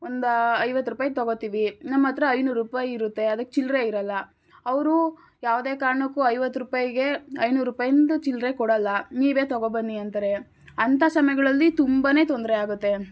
ಒಂದು ಐವತ್ತು ರೂಪಾಯಿದು ತಗೋತೀವಿ ನಮ್ಮ ಹತ್ತಿರ ಐನೂರು ರೂಪಾಯಿ ಇರುತ್ತೆ ಅದಕ್ಕೆ ಚಿಲ್ಲರೆ ಇರಲ್ಲ ಅವರು ಯಾವುದೇ ಕಾರಣಕ್ಕು ಐವತ್ತು ರೂಪಾಯಿಗೆ ಐನೂರು ರೂಪಾಯಿದು ಚಿಲ್ಲರೆ ಕೊಡಲ್ಲ ನೀವೇ ತಗೋ ಬನ್ನಿ ಅಂತಾರೆ ಅಂಥ ಸಮಯಗಳಲ್ಲಿ ತುಂಬಾ ತೊಂದರೆ ಆಗುತ್ತೆ